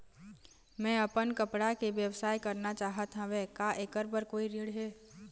मैं अपन कपड़ा के व्यवसाय करना चाहत हावे का ऐकर बर कोई ऋण हे?